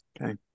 Okay